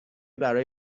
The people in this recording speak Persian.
برای